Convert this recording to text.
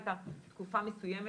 הייתה תקופה מסוימת,